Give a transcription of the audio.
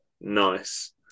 Nice